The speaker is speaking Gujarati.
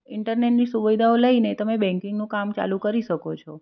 ઇન્ટરનેટની સુવિધાઓ લઈને તમે બેંકનું કામ ચાલુ કરી શકો છો